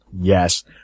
Yes